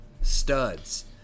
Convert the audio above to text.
studs